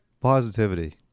positivity